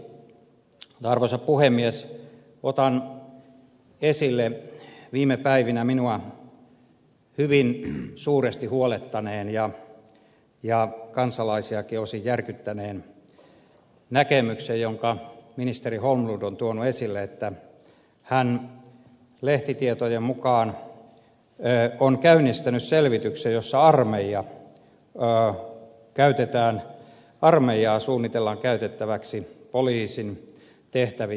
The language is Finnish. mutta arvoisa puhemies otan esille viime päivinä minua hyvin suuresti huolettaneen ja kansalaisiakin osin järkyttäneen näkemyksen jonka ministeri holmlund on tuonut esille sen että hän lehtitietojen mukaan on käynnistänyt selvityksen jossa armeijaa suunnitellaan käytettäväksi poliisin tehtävissä